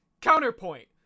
Counterpoint